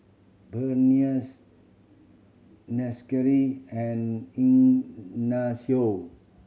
Berniece Nichelle and Ignacio